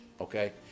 Okay